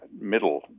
middle